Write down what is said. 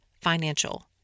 financial